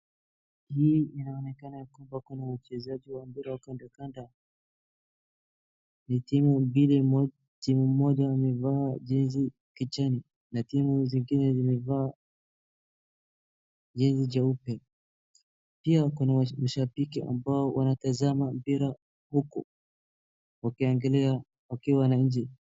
Hii inaonekana kuwa kuna uchezaji wa mpira wa kandanda. Ni timu mbili, timu moja imevaa jezi kijani na timu nyingine imevaa jezi nyeupe. Pia kuna mashabiki ambao wanatazama mpira huku wakiangalia wakiwa nje.